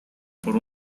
por